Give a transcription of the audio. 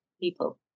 people